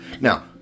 Now